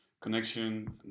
connection